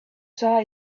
saw